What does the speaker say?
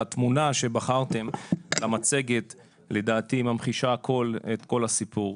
והתמונה שבחרתם למצגת לדעתי ממחישה את כל הסיפור,